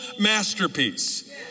masterpiece